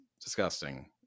disgusting